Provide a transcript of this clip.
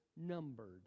numbered